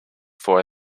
for